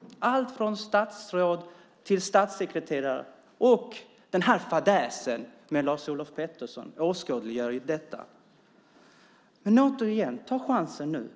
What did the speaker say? Det gäller allt från statsråd till statssekreterare, och den här fadäsen med Lars-Olof Pettersson åskådliggör detta. Men återigen: Ta nu chansen.